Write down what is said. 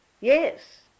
Yes